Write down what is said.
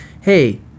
hey